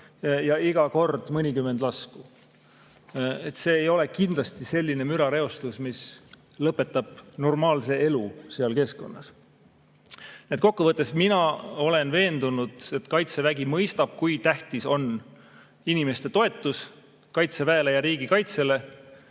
ja iga kord mõnikümmend lasku. See ei ole kindlasti selline mürareostus, mis lõpetab normaalse elu seal keskkonnas. Nii et kokku võttes mina olen veendunud, et Kaitsevägi mõistab, kui tähtis on inimeste toetus Kaitseväele ja riigikaitsele.